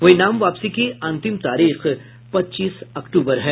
वहीं नाम वापसी की अंतिम तारीख पच्चीस अक्टूबर है